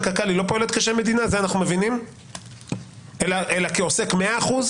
קק"ל היא לא פועלת כשם מדינה אלא כעוסק 100%,